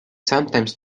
sometimes